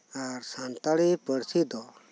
ᱟᱨ ᱥᱟᱱᱛᱟᱲᱤ ᱯᱟᱹᱨᱥᱤ ᱫᱚ